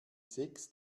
sechs